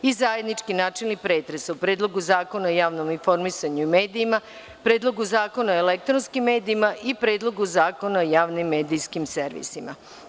Zatim, zajednički načelni pretres o: Predlogu zakona o javnom informisanju i medijima, Predlogu zakona o elektronskim medijima i Predlogu zakona o javnim medijskim servisima.